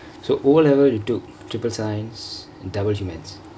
so O level you took triple science and double humans